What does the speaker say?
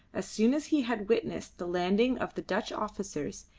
as soon as he had witnessed the landing of the dutch officers,